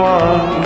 one